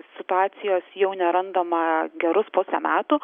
situacijos jau nerandama gerus pusę metų